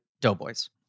Doughboys